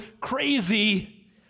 crazy